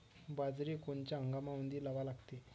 बाजरी कोनच्या हंगामामंदी लावा लागते?